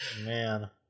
man